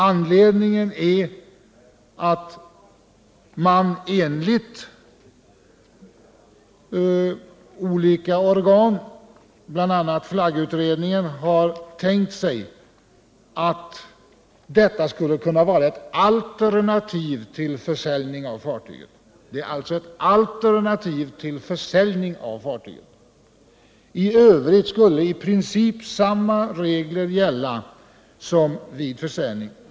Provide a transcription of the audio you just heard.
Anledningen härtill är att bl.a. Naggutredningen har tänkt sig att detta skulle kunna vara ett alternativ till försäljning av fartyg. I övrigt skulle i princip samma regler gälla som vid försäljning.